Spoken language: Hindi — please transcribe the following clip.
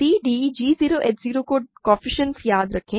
c d g 0 h 0 का कोएफ़िशिएंट याद रखें